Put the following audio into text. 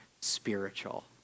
spiritual